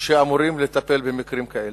שאמורים לטפל במקרים כאלה.